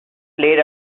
played